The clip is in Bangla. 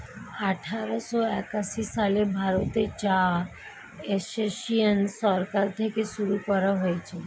আঠারোশো একাশি সালে ভারতে চা এসোসিয়েসন সরকার থেকে শুরু করা হয়েছিল